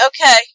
okay